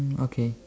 mm okay